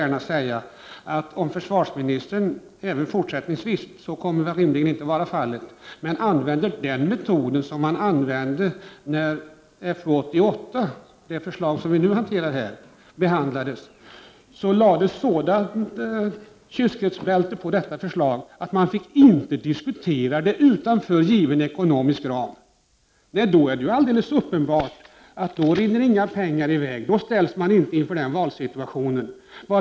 Försvarsministern kommer kanske även fortsättningsvis — rimligen kommer han inte att fortsätta — att använda den metod som brukades när vi tog ställning till FU 88, dvs. det förslag som nu diskuteras. Det lades ett sådant ”kyskhetsbälte” på detta förslag att det inte fick diskuteras utanför en given ekonomisk ram. Då är det alldeles uppenbart att inga pengar rinner i väg. Då ställs man inte inför någon valsituation.